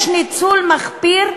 יש ניצול מחפיר,